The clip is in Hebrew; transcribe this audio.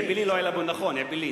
נכון.